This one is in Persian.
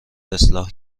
اصلاح